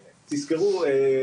תזכרו,